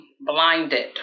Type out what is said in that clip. blinded